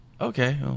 Okay